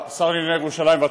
שהסירו את ההסתייגויות שלהם,